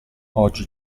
oggi